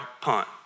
punt